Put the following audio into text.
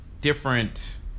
different